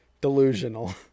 delusional